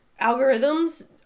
algorithms